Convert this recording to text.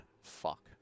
Fuck